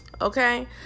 okay